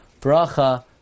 bracha